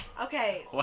Okay